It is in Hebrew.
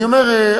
אני אומר,